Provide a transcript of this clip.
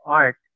art